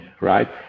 right